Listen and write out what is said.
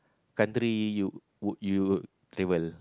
country you would you travel